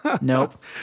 Nope